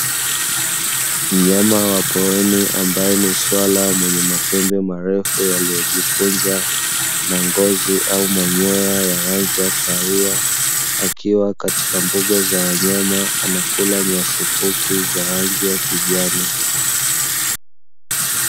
Mnyama wa porini ambaye ni swala mwenye mapembe marefu yaliyojikunja na ngozi au manyoya ya rangi ya kahawi, akiwa katika mboga za wanyama anakula nyasi fupi za rangi ya kijani.